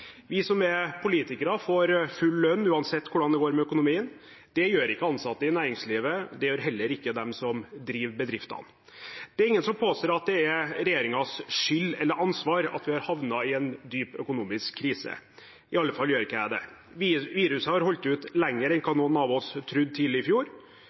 Vi som er politikere, får full lønn uansett hvordan det går med økonomien, det gjør ikke ansatte i næringslivet. Det gjør heller ikke de som driver bedriftene. Det er ingen som påstår at det er regjeringens skyld eller ansvar at vi har havnet i en dyp økonomisk krise, i alle fall gjør ikke jeg det. Viruset har holdt ut lenger enn hva noen av oss trodde tidlig i fjor.